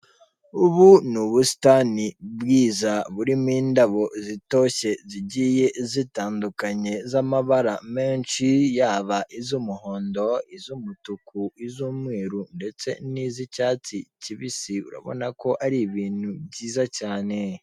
Ubu ni ubusitani bwiza burimo indabo zigiye zitandukanye z'amabara menshi yaba iz'umuhondo, iz'umutuku, iz'umweru ndetse ni iz'icyatsi kibisi ubonako ari ibintu byiza cyane.